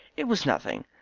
it was nothing.